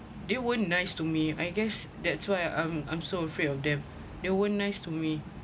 they weren't nice to me I guess that's why I'm I'm so afraid of them they weren't nice to me